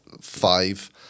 five